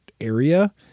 area